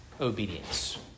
obedience